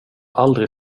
aldrig